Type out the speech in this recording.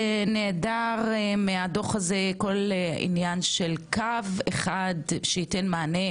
נעדר מכל הדוח הזה כל עניין של קו אחד שייתן מענה